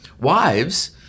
Wives